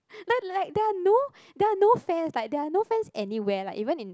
not like there are no there are no fans like they are no fans anywhere like even in